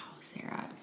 Sarah